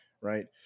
right